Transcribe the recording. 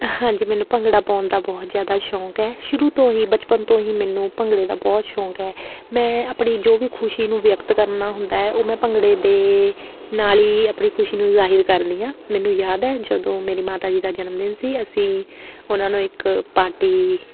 ਹਾਂਜੀ ਮੈਨੂੰ ਭੰਗੜਾ ਪਾਉਣ ਦਾ ਬਹੁਤ ਜ਼ਿਆਦਾ ਸ਼ੌਂਕ ਹੈ ਸ਼ੁਰੂ ਤੋਂ ਹੀ ਬਚਪਨ ਤੋਂ ਹੀ ਮੈਨੂੰ ਭੰਗੜੇ ਦਾ ਬਹੁਤ ਸ਼ੌਂਕ ਹੈ ਮੈਂ ਆਪਣੀ ਜੋ ਵੀ ਖੁਸ਼ੀ ਨੂੰ ਵਿਅਕਤ ਕਰਨਾ ਹੁੰਦਾ ਹੈ ਉਹ ਮੈਂ ਭੰਗੜੇ ਦੇ ਨਾਲ ਹੀ ਆਪਣੀ ਖੁਸ਼ੀ ਨੂੰ ਜਾਹਿਰ ਕਰਦੀ ਹਾਂ ਮੈਨੂੰ ਯਾਦ ਹੈ ਜਦੋਂ ਮੇਰੀ ਮਾਤਾ ਜੀ ਦਾ ਜਨਮ ਦਿਨ ਸੀ ਅਸੀਂ ਉਹਨਾਂ ਨੂੰ ਇੱਕ ਪਾਰਟੀ